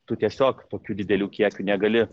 tu tiesiog tokių didelių kiekių negali